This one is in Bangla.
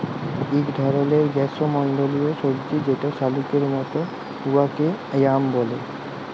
ইক ধরলের গিস্যমল্ডলীয় সবজি যেট শাকালুর মত উয়াকে য়াম ব্যলে